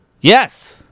Yes